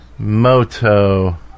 Moto